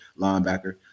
linebacker